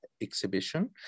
exhibition